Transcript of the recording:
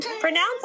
pronounce